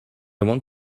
want